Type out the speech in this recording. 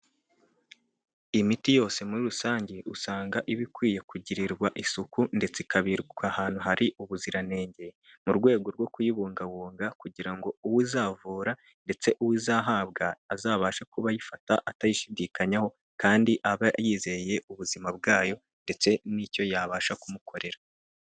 Imiti yose muri rusange usanga iba ikwiye kugirirwa isuku ndetse ikabikwa ahantu hari ubuziranenge, mu rwego rwo kuyibungabunga kugira ngo uwo izavura ndetse uwo izahabwa azabashe kuba ayifata atayishidikanyaho, kandi aba yizeye ubuzima bwayo ndetse n'icyo yabasha kumukorera.